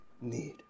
need